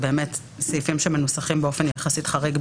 בסעיפים שמנוסחים באופן יחסית חריג.